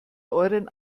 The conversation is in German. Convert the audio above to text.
euren